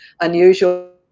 unusual